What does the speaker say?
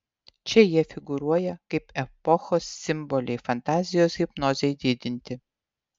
čia jie figūruoja kaip epochos simboliai fantazijos hipnozei didinti